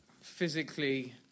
physically